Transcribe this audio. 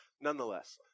nonetheless